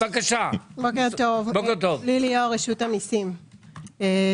בעזרת השם עוד נחזור בהקדם האפשרי.